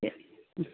ശരി മ്മ്